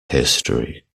history